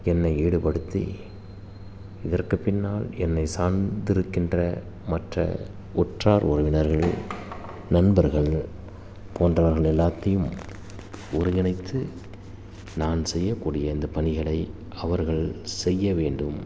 என்னை ஈடுப்படுத்தி இதற்கு பின்னால் என்னை சார்ந்திருக்கின்ற மற்ற உற்றார் உறவினர்கள் நண்பர்கள் போன்றவர்கள் எல்லாத்தையும் ஒருங்கிணைத்து நான் செய்யக்கூடிய இந்த பணிகளை அவர்கள் செய்யவேண்டும்